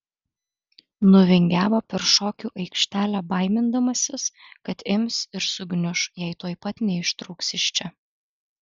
nuvingiavo per šokių aikštelę baimindamasis kad ims ir sugniuš jei tuoj pat neištrūks iš čia